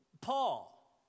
Paul